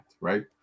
right